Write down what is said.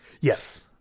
yes